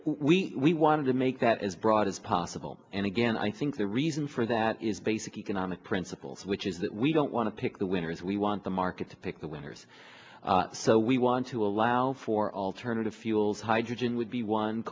use we want to make that as broad as possible and again i think the reason for that is basic economic principles which is that we don't want to pick the winners we want the market to pick the winners so we want to allow for alternative fuels hydrogen